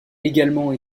également